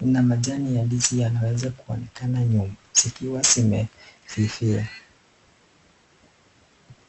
na majani ya ndizi yanaweza kuonekana nyuma zikiwa zimefifia.